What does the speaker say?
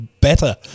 better